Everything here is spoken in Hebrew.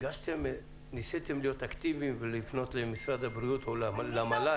ניסיתם להיות אקטיביים ולפנות למשרד הבריאות או למל"ל?